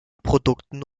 produkten